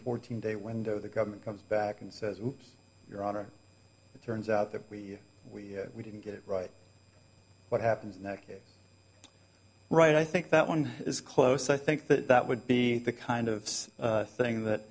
fourteen day window the government comes back and says whoops your honor it turns out that we we we didn't get it right what happens in that case right i think that one is close i think that would be the kind of thing that